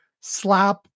slap